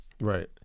right